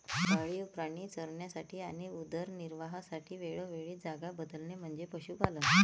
पाळीव प्राणी चरण्यासाठी आणि उदरनिर्वाहासाठी वेळोवेळी जागा बदलणे म्हणजे पशुपालन